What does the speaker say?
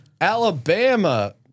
Alabama